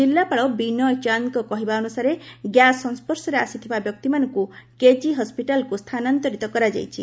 ଜିଲ୍ଲାପାଳ ବିନୟ ଚାନ୍ଦଙ୍କ କହିବା ଅନୁସାରେ ଗ୍ୟାସ୍ ସଂସର୍ଶରେ ଆସିଥିବା ବ୍ୟକ୍ତିମାନଙ୍କୁ କେଜି ହସ୍କିଟାଲ୍କୁ ସ୍ଥାନାନ୍ତରିତ କରାଯାଇଛି